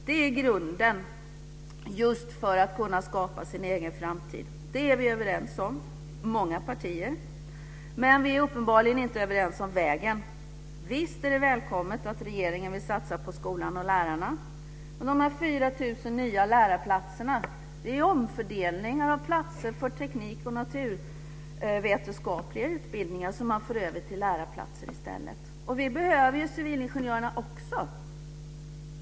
Den är grunden just för att man ska kunna skapa sin egen framtid. Det är vi överens om i många partier. Men vi är uppenbarligen inte överens om vägen. Visst är det välkommet att regeringen vill satsa på skolan och lärarna. Men dessa 4 000 nya lärarplatser är ju omfördelningar av platser för teknik och naturvetenskapliga utbildningar som man för över till lärarplatser i stället. Men vi behöver ju civilingenjörerna också.